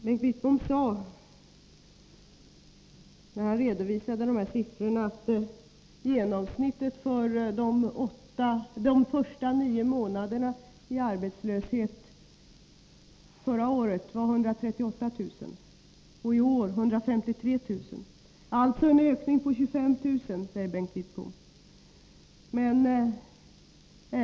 Bengt Wittbom sade när han redovisade sina siffror att genomsnittet i arbetslöshet för de första nio månaderna förra året var 138 000 och i år 153 000. Alltså en ökning med 25 000, sade Bengt Wittbom.